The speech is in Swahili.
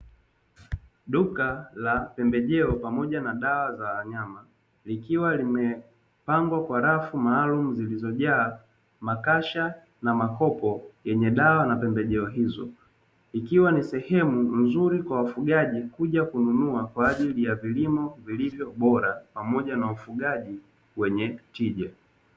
Duka la pembejeo pamoja na dawa za wanyama likiwa limepangwa kwa rafu maalum zilizojaa makasha na makopo yenye dawa na pembejeo hizo, ikiwa ni sehemu nzuri kwa wafugaji kuja kununua kwa ajili ya vilimo vilivyo bora pamoja na ufugaji wenye tija.